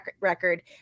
record